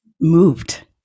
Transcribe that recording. moved